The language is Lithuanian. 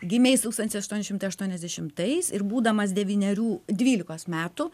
gimė jis tūkstantis aštuoni šimtai aštuoniasdešimtais ir būdamas devynerių dvylikos metų